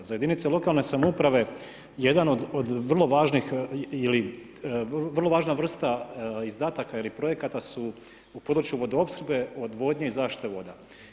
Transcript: Za jedinice lokalne samouprave jedan od vrlo važnih ili vrlo važna vrsta izdataka ili projekata su u području vodoopskrbe, odvodnje ili zaštite voda.